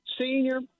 senior